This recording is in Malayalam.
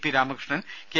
P Ramakrishnan K